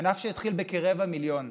ענף שהתחיל בכרבע מיליון.